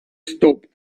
stopped